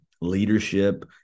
leadership